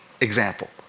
example